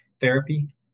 therapy